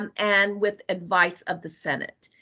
and and with advice of the senate.